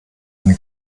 eine